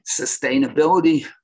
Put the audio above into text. sustainability